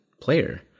player